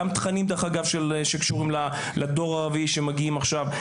גם תכנים שקשורים לדור הרביעי שמגיעים עכשיו.